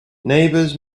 neighbors